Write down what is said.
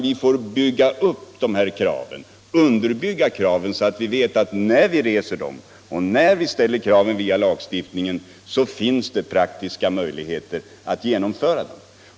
Vi måste underbygga kraven så att vi vet att när vi ställer dem via lagstiftningen så finns det praktiska möjligheter att uppfylla dem.